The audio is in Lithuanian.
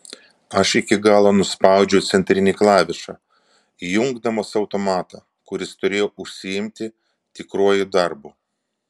aš iki galo nuspaudžiau centrinį klavišą įjungdamas automatą kuris turėjo užsiimti tikruoju darbu